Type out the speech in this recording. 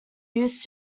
used